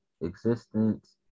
existence